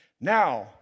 Now